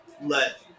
let